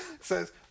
says